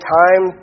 time